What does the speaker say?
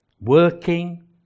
Working